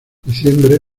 diciembre